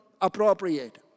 appropriate